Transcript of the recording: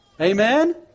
Amen